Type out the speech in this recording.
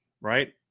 right